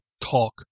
talk